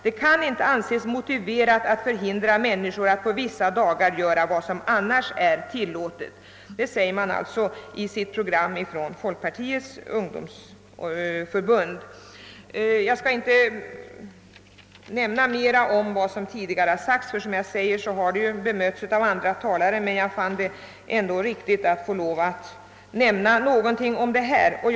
Det kan inte anses motiverat att förhindra människor att på vissa dagar göra vad som annars är tillåtet.» Jag skall inte ytterligare ta upp vad som tidigare sagts, ty det har bemötts av de föregående talarna. Jag har dock funnit det angeläget att ta upp vad jag nu framfört.